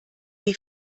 die